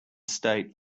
state